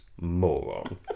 moron